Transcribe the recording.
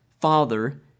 Father